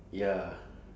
ya